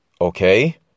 Okay